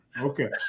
Okay